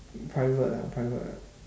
private ah private ah